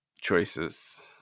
choices